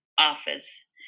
office